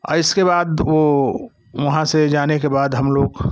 और इसके बाद वो वहाँ से जाने के बाद हम लोग